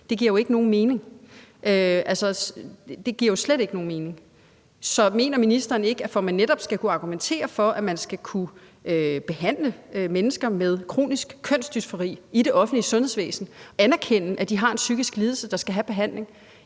Det giver jo ikke nogen mening. Det giver slet ikke nogen mening. Så mener ministeren ikke, at for at man netop skal kunne argumentere for, at man skal kunne behandle mennesker med kronisk kønsdysfori i det offentlige sundhedsvæsen, så skal man anerkende, at de har en psykisk lidelse, der skal have behandling,